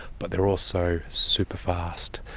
but they're also super-fast.